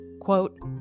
Quote